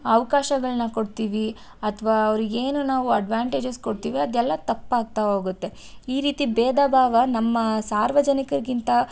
ಅವಕಾಶಗಳ್ನ ಕೊಡ್ತೀವಿ ಅಥವಾ ಅವ್ರಿಗೆ ಏನು ನಾವು ಅಡ್ವಾಂಟೇಜಸ್ ಕೊಡ್ತೀವಿ ಅದೆಲ್ಲ ತಪ್ಪಾಗ್ತಾ ಹೋಗುತ್ತೆ ಈ ರೀತಿ ಭೇದ ಭಾವ ನಮ್ಮ ಸಾರ್ವಜನಿಕರಿಗಿಂತ